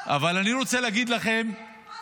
אבל אני רוצה להגיד לכם --- לא הבנתי,